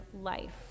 life